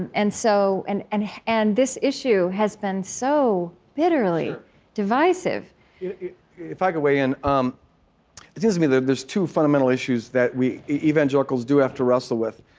and so and and and this issue has been so bitterly divisive if i could weigh in, um it seems to me that there's two fundamental issues that we evangelicals do have to wrestle with.